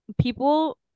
people